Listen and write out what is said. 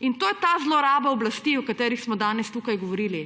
In to je ta zloraba oblasti, o kateri smo danes tukaj govorili,